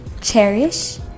cherish